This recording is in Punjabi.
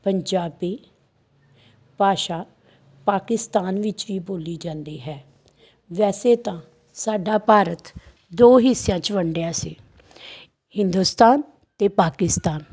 ਪੰਜਾਬੀ ਭਾਸ਼ਾ ਪਾਕਿਸਤਾਨ ਵਿੱਚ ਵੀ ਬੋਲੀ ਜਾਂਦੀ ਹੈ ਵੈਸੇ ਤਾਂ ਸਾਡਾ ਭਾਰਤ ਦੋ ਹਿੱਸਿਆਂ 'ਚ ਵੰਡਿਆ ਸੀ ਹਿੰਦੁਸਤਾਨ ਅਤੇ ਪਾਕਿਸਤਾਨ